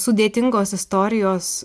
sudėtingos istorijos